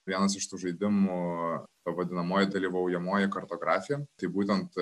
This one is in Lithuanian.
vienas iš tų žaidimų ta vadinamoji dalyvaujamoji kartografija tai būtent